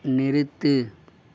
நிறுத்து